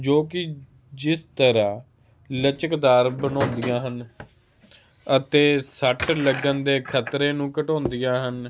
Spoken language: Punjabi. ਜੋ ਕਿ ਜਿਸ ਤਰ੍ਹਾਂ ਲਚਕਦਾਰ ਬਣਾਉਂਦੀਆਂ ਹਨ ਅਤੇ ਸੱਟ ਲੱਗਣ ਦੇ ਖਤਰੇ ਨੂੰ ਘਟਾਉਂਦੀਆਂ ਹਨ